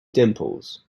dimples